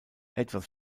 etwas